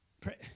Pray